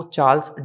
Charles